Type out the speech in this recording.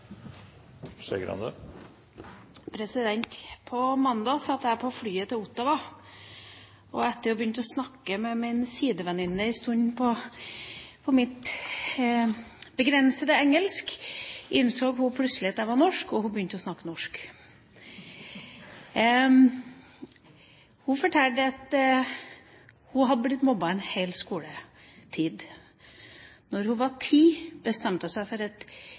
På mandag satt jeg på flyet til Ottawa, og etter å ha snakket med min sidevenninne en stund på mitt begrensede engelsk, innså hun plutselig at jeg var fra Norge, og hun begynte å snakke norsk. Hun fortalte at hun hadde blitt mobbet gjennom hele skoletida. Da hun var ti år, bestemte hun seg for at hun aldri skulle bo i Norge. Det var et